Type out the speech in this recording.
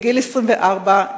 בגיל 24,